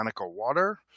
water